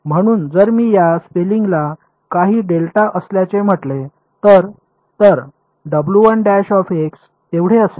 म्हणून जर मी या स्पेसिंगला काही डेल्टा असल्याचे म्हटले तर तर तेवढे असेल